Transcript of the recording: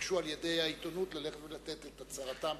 נתבקשו על-ידי העיתונות ללכת ולתת את הצהרתם.